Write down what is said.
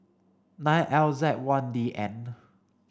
nine L Z one D N